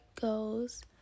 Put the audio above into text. goes